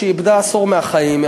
היא איבדה עשור מהחיים.